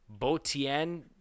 Botian